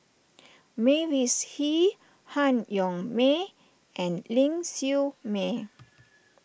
Mavis Hee Han Yong May and Ling Siew May